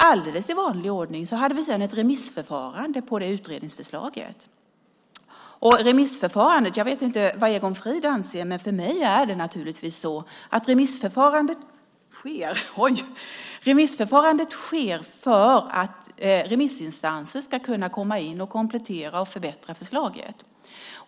Alldeles i vanlig ordning hade vi ett remissförfarande angående det utredningsförslaget. Remissförfarandet sker, jag vet inte vad Egon Frid anser om det, för att remissinstanser ska kunna komplettera och förbättra förslaget.